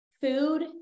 Food